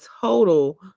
total